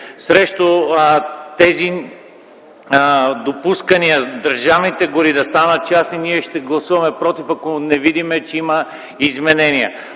срещу тези възможности – държавните гори да станат частни, ние ще гласуваме против, ако не видим, че има изменения.